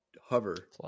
hover